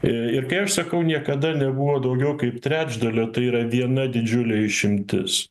ir kai aš sakau niekada nebuvo daugiau kaip trečdalio tai yra viena didžiulė išimtis